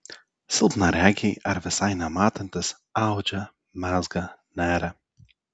silpnaregiai ar visai nematantys audžia mezga neria